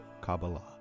kabbalah